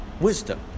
Wisdom